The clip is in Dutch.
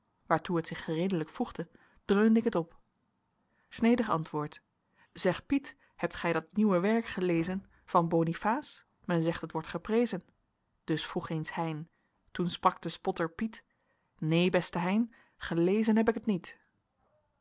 waartoe het zich gereedelijk voegde dreunde ik het op snedig antwoord zeg piet hebt gij dat nieuwe werk gelezen van bonifaas men zegt het wordt geprezen dus vroeg eens hein toen sprak de spotter piet neen beste hein gelezen heb ik t niet